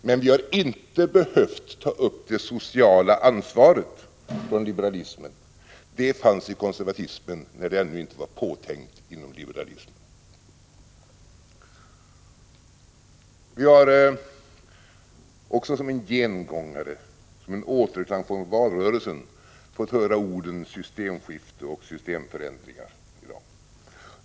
Men vi har inte behövt ta upp det sociala ansvaret från liberalismen. Det fanns i konservatismen när det ännu inte var påtänkt inom liberalismen. Vi har också som en gengångare, som en återklang från valrörelsen fått höra orden systemskifte och systemförändringar i dag.